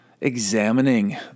examining